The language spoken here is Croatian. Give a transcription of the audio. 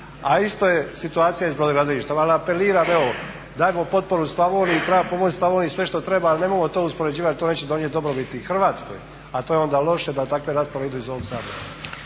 A isto je situacija sa brodogradilištom. Ali apeliram dajmo potporu Slavoniji treba pomoći Slavoniji sve što treba ali nemojmo to uspoređivati to neće donijeti dobrobiti Hrvatskoj, a to je onda loše da takve rasprave idu iz ovog Sabora.